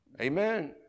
Amen